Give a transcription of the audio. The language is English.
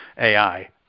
AI